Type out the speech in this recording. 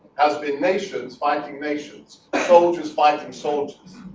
has been nations fighting nations, soldiers fighting soldiers,